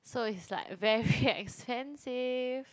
so it's like very expensive